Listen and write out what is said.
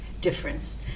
difference